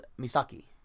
Misaki